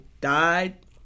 died